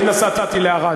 אני נסעתי לערד.